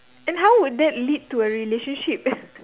and how would that lead to a relationship